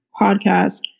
podcast